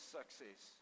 success